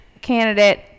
candidate